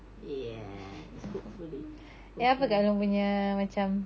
yes hopefully okay